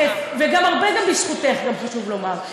הרבה בזכותך, גם חשוב לומר.